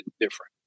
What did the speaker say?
different